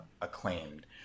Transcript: acclaimed